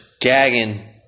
gagging